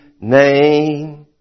name